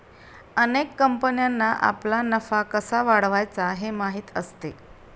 अनेक कंपन्यांना आपला नफा कसा वाढवायचा हे माहीत असते